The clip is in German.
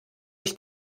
ich